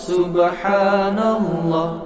Subhanallah